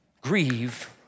grieve